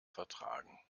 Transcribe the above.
vertragen